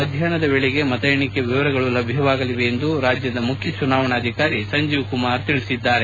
ಮಧ್ಯಾಹ್ನದ ವೇಳೆಗೆ ಮತ ಎಣಿಕೆ ವಿವರಗಳು ಲಭ್ಯವಾಗಲಿವೆ ಎಂದು ರಾಜ್ಯದ ಮುಖ್ಯ ಚುನಾವಣಾಧಿಕಾರಿ ಸಂಜೀವ್ ಕುಮಾರ್ ತಿಳಿಸಿದ್ದಾರೆ